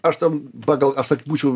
aš ten pagal būčiau